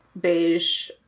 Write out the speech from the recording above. beige